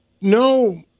No